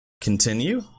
Continue